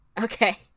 Okay